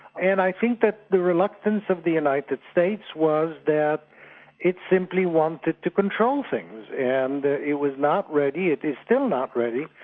and i think that the reluctance of the united states was that it simply wanted to control things, and it was not ready, it is still not ready,